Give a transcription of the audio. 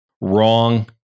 Wrong